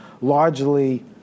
largely